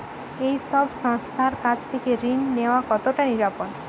এই সব সংস্থার কাছ থেকে ঋণ নেওয়া কতটা নিরাপদ?